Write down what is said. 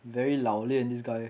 very 老练 this guy